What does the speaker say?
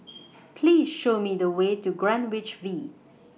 Please Show Me The Way to Greenwich V